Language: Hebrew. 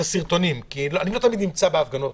הסרטונים כי אני לא תמיד נמצא בהפגנות,